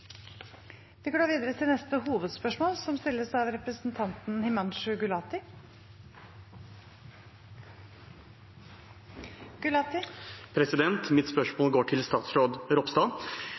går da videre til neste hovedspørsmål. Mitt spørsmål går til statsråd Ropstad.